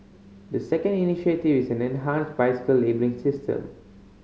the second initiative is an enhanced bicycle labelling system